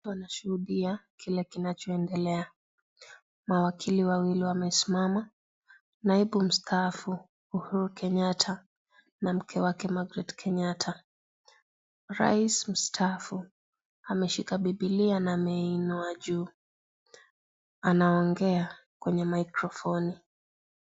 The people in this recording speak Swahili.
Wanashuhudia kile kinachoendelea. Mawakili wawili wamesimama na rais mstaafu Uhuru Kenyatta na mke wake Margaret Kenyatta. Rais mstaafu ameshikila Bibilia na ameinua juu. Anaongea kwenye maikrofoni.